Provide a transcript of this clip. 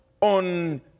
on